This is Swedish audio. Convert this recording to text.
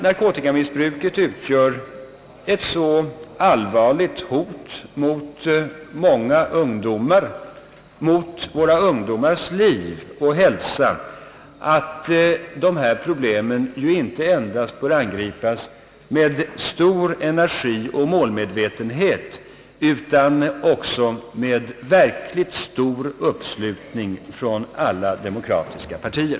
Narkotikamissbruket utgör ett så allvarligt hot mot våra ungdomars liv och hälsa att detta problem bör angripas inte endast med stor energi och målmedvetenhet utan också med verkligt stor uppslutning från alla demokratiska partier.